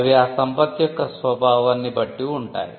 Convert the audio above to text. అవి ఆ సంపత్తి యొక్క స్వభావాన్ని బట్టి ఉంటాయి